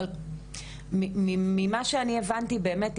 אבל ממה שאני הבנתי באמת,